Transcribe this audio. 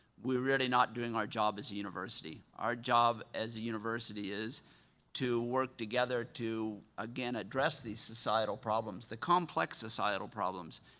we are not doing our job as a university. our job as a university is to work together to, again, address these societal problems, the complex societal problems.